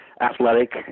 athletic